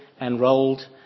enrolled